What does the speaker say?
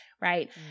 Right